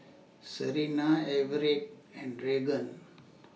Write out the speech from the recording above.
Serina Everette and Raegan